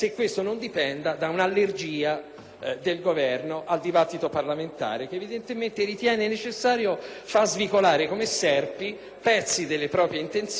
del Governo al dibattito parlamentare. Evidentemente l'Esecutivo ritiene necessario far svicolare come serpi pezzi delle proprie intenzioni all'interno dei provvedimenti.